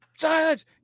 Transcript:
silence